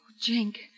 Jink